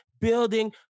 building